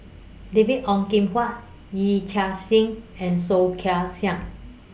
David Ong Kim Huat Yee Chia Hsing and Soh Kay Siang